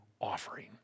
offering